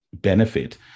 benefit